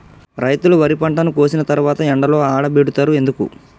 రైతులు వరి పంటను కోసిన తర్వాత ఎండలో ఆరబెడుతరు ఎందుకు?